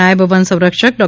નાયબ વન સૌરાક્ષક ડો